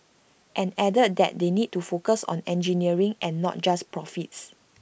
and added that they need to focus on engineering and not just profits